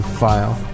file